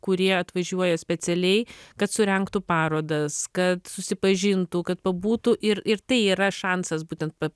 kurie atvažiuoja specialiai kad surengtų parodas kad susipažintų kad pabūtų ir ir tai yra šansas būtent pa